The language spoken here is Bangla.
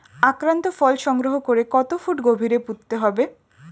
আক্রান্ত ফল সংগ্রহ করে কত ফুট গভীরে পুঁততে হবে?